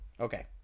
Okay